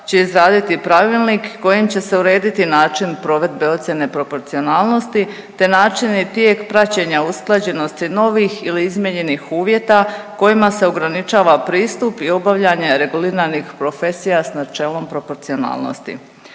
će izraditi pravilnik kojim će se urediti način provedbe ocjene proporcionalnosti te način i tijek praćenja usklađenosti novih ili izmijenjenih uvjeta kojima se ograničava pristup i obavljanje reguliranih profesija s načelom proporcionalnosti.